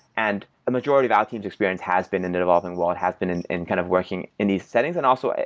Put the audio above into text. and the majority of our team's experience has been in the developing world, has been in in kind of working in these settings. and also,